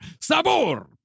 Sabor